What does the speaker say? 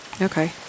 Okay